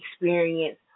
experience